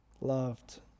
loved